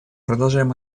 продолжаем